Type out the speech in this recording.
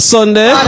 Sunday